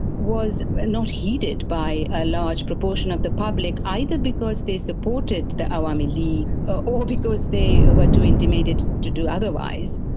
was not heeded by a large proportion of the public, either because they supported the awami league or or because they were too intimidated to do otherwise.